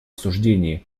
осуждении